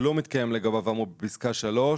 יעלו על הסכומים המפורטים בפסקאות (1)